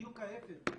בדיוק ההיפך.